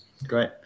Great